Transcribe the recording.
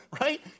Right